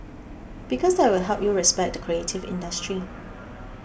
because that will help you respect the creative industry